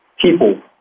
people